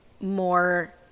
more